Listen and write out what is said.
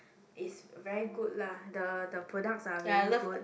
is very good lah the the products are really good